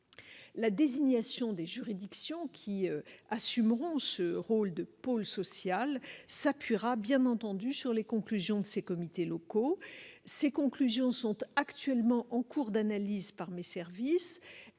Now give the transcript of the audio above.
La désignation des juridictions qui assumeront le rôle de pôle social s'appuiera bien entendu sur les conclusions de ces comités locaux, qui sont en cours d'analyse par mes services